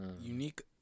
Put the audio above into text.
unique